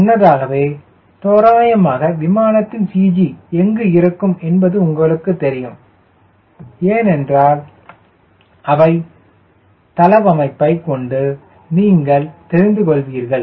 முன்னதாகவே தோராயமாக விமானத்தின் CG எங்கு இருக்கும் என்பது உங்களுக்கு தெரியும் ஏனென்றால் அவை தளவமைப்பை கொண்டு நீங்கள் தெரிந்து கொள்வீர்கள்